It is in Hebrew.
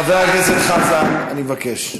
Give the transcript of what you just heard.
חבר הכנסת חזן, אני מבקש,